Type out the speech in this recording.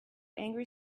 angry